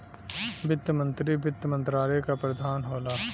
वित्त मंत्री वित्त मंत्रालय क प्रधान होला